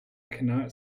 cannot